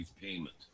payment